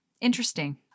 interesting